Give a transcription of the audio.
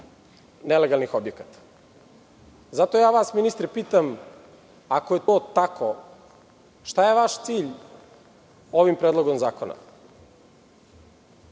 nelegalnih objekata. Zato vas ministre pitam, ako je to tako, šta je vaš cilj ovim predlogom zakona?